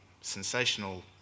sensational